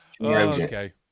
Okay